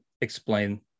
explain